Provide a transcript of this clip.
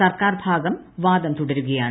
സർക്കാർ ഭാഗം വാദം തുടരുകയാണ്